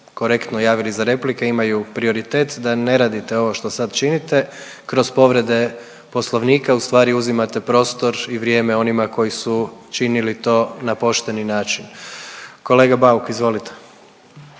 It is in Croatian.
korektno javili za replike imaju prioritet, da ne radite ovo što sad činite. Kroz povrede Poslovnika u stvari uzimate prostor i vrijeme onima koji su činili to na pošteni način. Kolega Bauk izvolite.